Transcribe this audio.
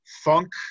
funk